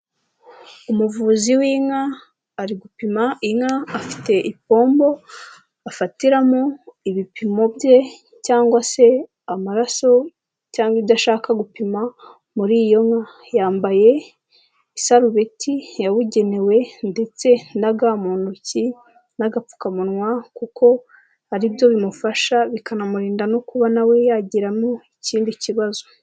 Umuvuzi w'inka, ari gupima inka, afite ipombo, afatiramo ibipimo bye cyangwa se amaraso cyangwa ashaka gupima muri iyo nka, yambaye isarubeti yabugenewe ndetse na ga mu ntoki n'agapfukamunwa kuko ari byo bimufasha, bikanamurinda no kuba na we yagiramo, ikindi kibazo.